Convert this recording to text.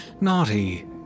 naughty